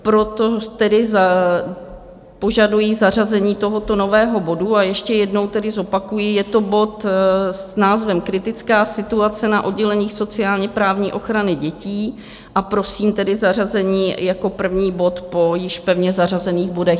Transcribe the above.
Proto tedy požaduji zařazení tohoto nového bodu, a ještě jednou tedy zopakuji, je to bod s názvem Kritická situace na odděleních sociálněprávní ochrany dětí, a prosím tedy zařazení jako první bod po již pevně zařazených bodech.